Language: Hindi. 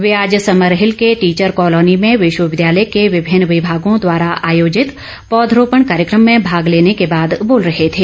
वे आज समरहिल के टीचर कॉलोनी में विश्वविद्यालय के विभिन्न विभागों द्वारा आयोजित पौधारोपण कार्यक्रम में भाग लेने के बाद बोल रहे थे